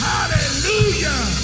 Hallelujah